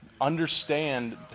understand